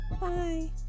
bye